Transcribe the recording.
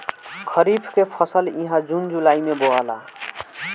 खरीफ के फसल इहा जून जुलाई में बोआला